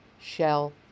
Shell